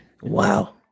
Wow